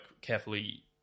carefully